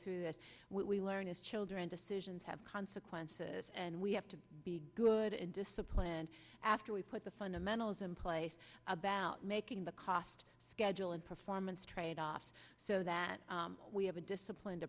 through that we learn as children decisions have consequences and we have to be good and disciplined after we put the fundamentals in place about making the cost schedule and performance tradeoffs so that we have disciplined